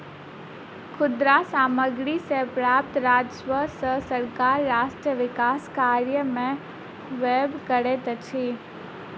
खुदरा सामग्री सॅ प्राप्त राजस्व सॅ सरकार राष्ट्र विकास कार्य में व्यय करैत अछि